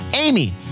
Amy